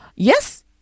Yes